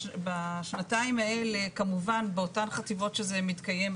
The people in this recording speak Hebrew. בשנתיים האלה כמובן באותן חטיבות שזה מתקיים,